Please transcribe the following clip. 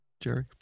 jerry